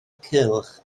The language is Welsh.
cylch